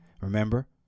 Remember